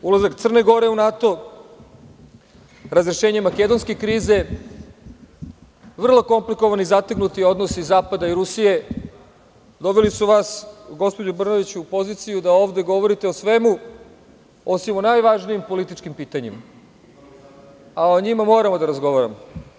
Ulazak Crne Gore u NATO, razrešenje makedonske krize, vrlo komplikovani i zategnuti odnosi zapada i Rusije, doveli su vas, gospođo Brnabić, u poziciju da ovde govorite o svemu, osim o najvažnijim političkim pitanjima, a o njima moramo da razgovaramo.